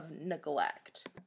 neglect